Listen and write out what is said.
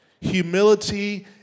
Humility